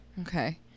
Okay